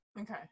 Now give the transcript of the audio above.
Okay